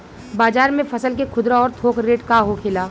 बाजार में फसल के खुदरा और थोक रेट का होखेला?